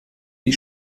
die